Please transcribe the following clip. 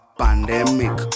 pandemic